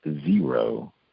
zero